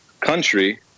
country